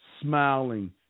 smiling